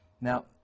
Now